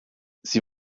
sie